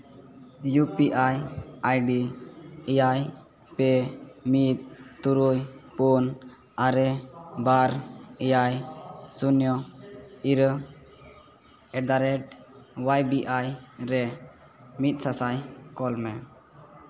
U P I I D ᱨᱮ ᱮᱭᱟᱭ ᱯᱮ ᱢᱤᱫ ᱛᱩᱨᱩᱭ ᱯᱩᱱ ᱟᱨᱮ ᱵᱟᱨ ᱮᱭᱟᱭ ᱥᱩᱱᱱᱚ ᱤᱨᱟᱹᱞ ᱮᱴᱫᱟᱼᱨᱮᱹᱴ ᱚᱣᱟᱭ ᱵᱤ ᱟᱭ ᱨᱮ ᱢᱤᱫ ᱥᱟ ᱥᱟᱥᱟᱭ ᱠᱳᱞ ᱢᱮ